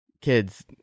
kids